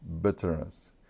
bitterness